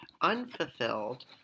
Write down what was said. unfulfilled